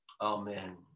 Amen